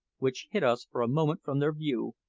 which hid us for a moment from their view,